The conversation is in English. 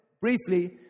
briefly